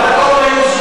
אנחנו לא פליטים פה.